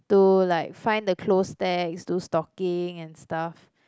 to like find the close text do stocking and stuff